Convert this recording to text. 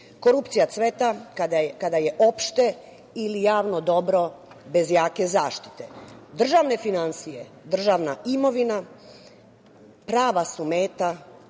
ljudi. Korupcija cveta kada je opšte ili javno dobro bez jake zaštite. Državne finansije, državna imovna, prava su meta